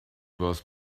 was